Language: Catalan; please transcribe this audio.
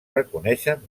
reconeixen